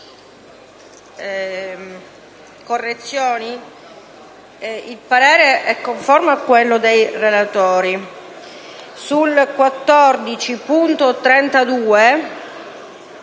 il parere è conforme a quello dei relatori,